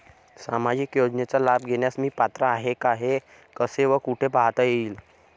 सामाजिक योजनेचा लाभ घेण्यास मी पात्र आहे का हे कसे व कुठे पाहता येईल?